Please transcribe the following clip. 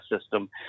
system